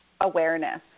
awareness